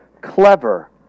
clever